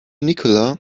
nikola